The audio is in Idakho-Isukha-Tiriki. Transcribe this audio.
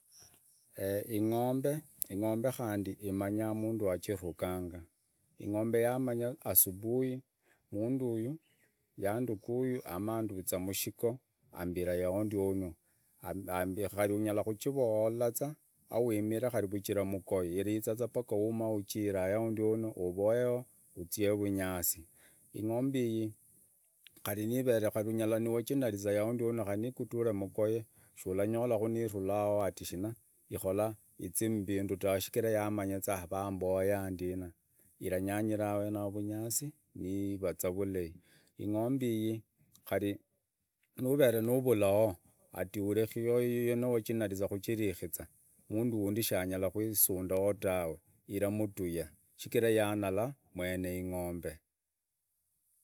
ing'ombe khandi imanyondu muntu wachirukanga. Ing'ombe yamanya asupuhii muntu uyu. yatukuyu amanduritsu mushikoo yambiraa yao ndunnwuu. ambii. khanya onyala khutsivulola tsia maa wimirire maa khuchira omukuyee. Iletsupaa omanyuo uchiraa pua yao. ovuyuoo. otsiee vunyuasi. Ingombee iyii khali niiveree khalii ovaniwachinalisha awundi yano khali niyikutiliee mukoyee. sonyolakhoo neyerraoo atii shina. ikholaa itsii muvindu taa. Kachira yamanya tsaa vamboya ndi rina ilanyanyira wenao vunyusi niyivatsa vulayi ingombe iyii nuvaa noruko ati urashiree ingombe yiyo niwacha nalisia khutsirikhisia. muntu wundii siesunduwa taa ilamutua sikikia yanalaa myenye ing'ombe.